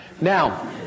Now